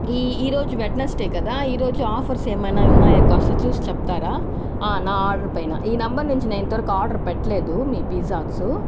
ఈ ఈ రోజు వెడ్నెస్డే కదా ఈ రోజు ఆఫర్స్ ఏమన్నా ఉన్నాయా కాస్త చూసి చెప్తారా నా ఆర్డర్ పైన ఈ నంబర్ నుంచి నేను ఇంతవరకు ఆర్డర్ పెట్టలేదు మీ పీజ్జాస్